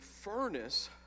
furnace